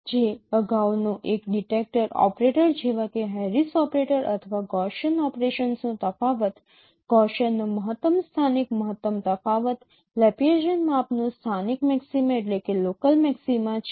જે અગાઉનો એક ડિટેક્ટર ઓપરેટર જેવા કે હેરિસ ઓપરેટર અથવા ગૌસીયન ઓપરેશન્સનો તફાવત ગૌસીયનનો મહત્તમ સ્થાનિક મહત્તમ તફાવત લેપ્લેસીયન માપનો સ્થાનિક મેક્સિમા છે